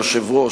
יושב-ראש,